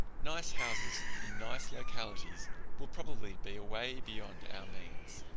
nice houses in nice localities will probably be away beyond our means.